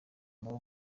mubo